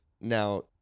now